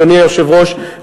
אדוני היושב-ראש,